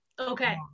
Okay